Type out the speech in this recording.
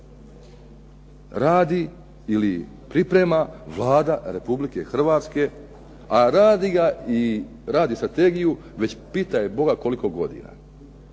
radi ili priprema Vlada Republike Hrvatske? A radi strategiju već pitaj Boga koliko godina.